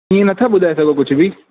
इएं न था ॿुधाए सघो कुझु बि